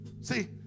see